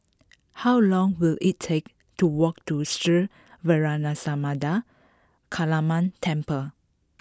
how long will it take to walk to Sri Vairavimada Kaliamman Temple